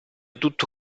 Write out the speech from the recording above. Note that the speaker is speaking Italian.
tutto